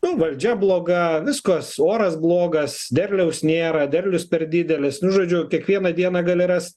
nu valdžia bloga viskas oras blogas derliaus nėra derlius per didelis nu žodžiu kiekvieną dieną gali ras